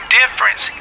difference